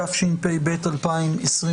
התשפ"ב-2022.